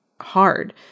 hard